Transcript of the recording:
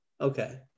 okay